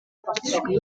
болзошгүй